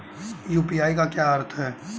UPI का क्या अर्थ है?